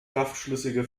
kraftschlüssige